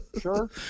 Sure